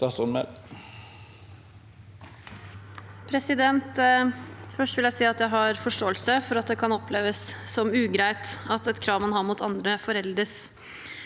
si at jeg har forståelse for at det kan oppleves som ugreit at et krav man har mot andre, foreldes.